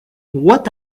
what